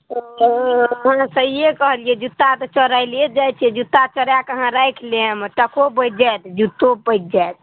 ओ अहाँ सहिए कहलियै जूत्ता तऽ चोरैले जाइ छै जूत्ता चोरैके अहाँ राखि लेब टको बचि जायत जूतो बचि जायत